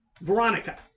veronica